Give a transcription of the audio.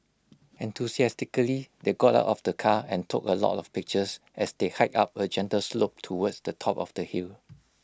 enthusiastically they got out of the car and took A lot of pictures as they hiked up A gentle slope towards the top of the hill